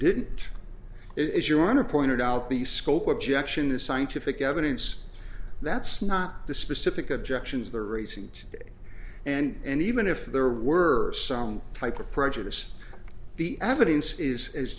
didn't it is your honor pointed out the scope objection the scientific evidence that's not the specific objections they're recent and even if there were some type of prejudice the evidence is